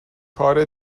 کار